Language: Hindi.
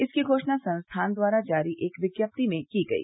इसकी घोषणा संस्थान द्वारा जारी एक विज्ञप्ति में की गई